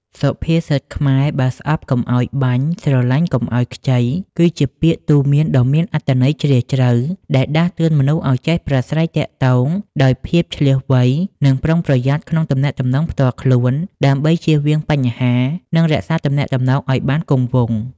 សុភាសិតខ្មែរ"បើស្អប់កុំឲ្យបាញ់ ស្រឡាញ់កុំឲ្យខ្ចី" គឺជាពាក្យទូន្មានដ៏មានអត្ថន័យជ្រាលជ្រៅ ដែលដាស់តឿនមនុស្សឲ្យចេះប្រាស្រ័យទាក់ទងដោយភាពឈ្លាសវៃ និងប្រុងប្រយ័ត្នក្នុងទំនាក់ទំនងផ្ទាល់ខ្លួន ដើម្បីជៀសវាងបញ្ហា និងរក្សាទំនាក់ទំនងឲ្យបានគង់វង្ស។